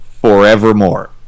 forevermore